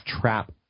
trap